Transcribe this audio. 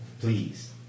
please